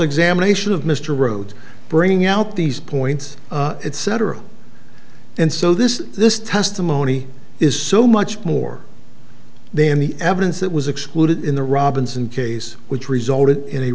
examination of mr rhodes bringing out these points etc and so this this testimony is so much more then the evidence that was excluded in the robinson case which resulted in a